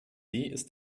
ist